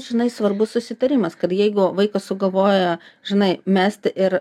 žinai svarbu susitarimas kad jeigu vaikas sugalvoja žinai mest ir